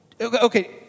okay